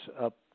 up